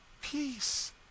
Peace